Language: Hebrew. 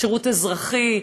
שירות אזרחי,